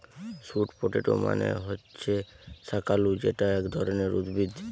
sweet potato মানে হচ্ছে শাকালু যেটা এক ধরণের উদ্ভিদ